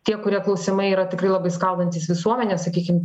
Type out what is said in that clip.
tie kurie klausimai yra tikrai labai skaldantys visuomenę sakykim